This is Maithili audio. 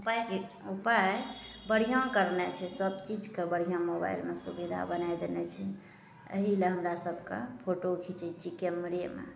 उपाय कि उपाय बढ़िआँ करनाइ छै सबचीजके बढ़िआँ मोबाइलमे सुविधा बना देने छै अही लए हमरा सबके फोटो खीचय छी कैमरेमे